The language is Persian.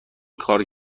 کار